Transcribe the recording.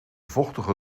vochtige